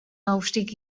aufstieg